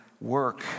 work